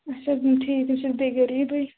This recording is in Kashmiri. اچھا ٹھیکھٕے چھُ بیٚیہِ غریٖبٕے